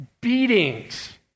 Beatings